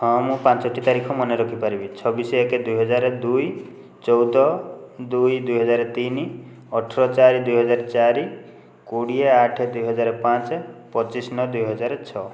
ହଁ ମୁଁ ପାଞ୍ଚଟି ତାରିଖ ମନେ ରଖିପାରିବି ଛବିଶ ଏକ ଦୁଇହଜାର ଦୁଇ ଚଉଦ ଦୁଇ ଦୁଇହଜାର ତିନ ଅଠର ଚାରି ଦୁଇହଜାର ଚାରି କୋଡ଼ିଏ ଆଠ ଦୁଇହଜାର ପାଞ୍ଚ ପଚିଶ ନଅ ଦୁଇହଜାର ଛଅ